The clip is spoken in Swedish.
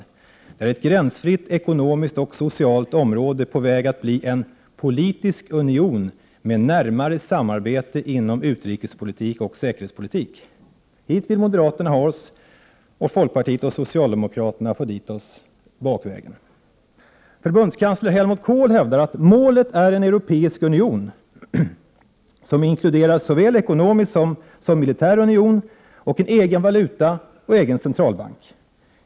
Det är ett gränsfritt ekonomiskt och socialt område på väg att bli en politisk union med närmare samarbete inom utrikespolitik och säkerhetspolitik. Hit vill moderaterna ha oss, och folkpartiet och socialdemokraterna försöker få oss dit bakvägen. Förbundskansler Helmut Kohl hävdar att målet är en europeisk union som inkluderar såväl en ekonomisk som en militär union med en egen valuta och egen centralbank.